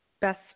Best